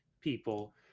people